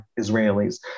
Israelis